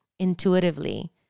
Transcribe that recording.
Intuitively